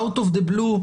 אאוט אוף דה בלו,